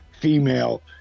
female